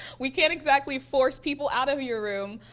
we can't exactly force people out of your room.